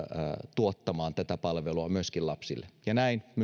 tuottamaan tätä palvelua myöskin lapsille näin